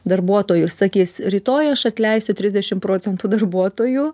darbuotojų sakys rytoj aš atleisiu trisdešim procentų darbuotojų